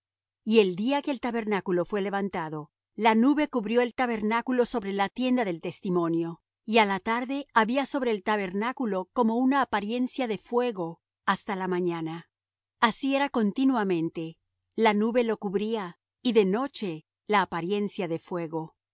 y el día que el tabernáculo fué levantado la nube cubrió el tabernáculo sobre la tienda del testimonio y á la tarde había sobre el tabernáculo como una apariencia de fuego hasta la mañana así era continuamente la nube lo cubría y de noche la apariencia de fuego y